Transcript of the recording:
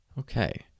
Okay